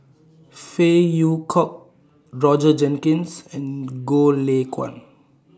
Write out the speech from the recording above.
Phey Yew Kok Roger Jenkins and Goh Lay Kuan